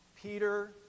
Peter